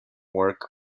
work